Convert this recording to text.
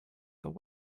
this